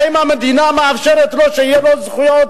האם המדינה מאפשרת לו שיהיו לו זכויות